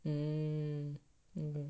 mm mm